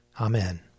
Amen